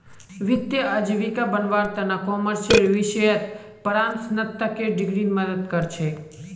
वित्तीय आजीविका बनव्वार त न कॉमर्सेर विषयत परास्नातकेर डिग्री मदद कर छेक